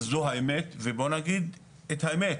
זו האמת, ובוא נגיד את האמת,